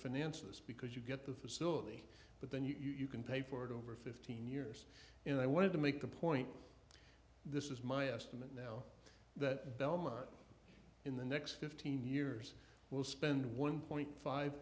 finance this because you get the facility but then you can pay for it over fifteen years and i wanted to make the point this is my estimate now that belmont in the next fifteen years will spend one point five